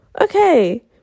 Okay